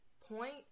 point